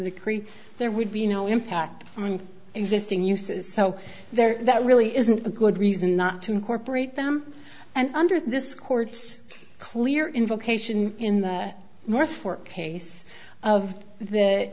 the creek there would be no impact on existing uses so there really isn't a good reason not to incorporate them and under this court's clear invocation in the more for case of th